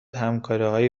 همکاریهایی